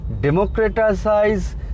democratize